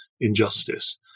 injustice